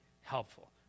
helpful